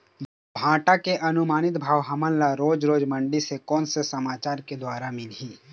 भांटा के अनुमानित भाव हमन ला रोज रोज मंडी से कोन से समाचार के द्वारा मिलही?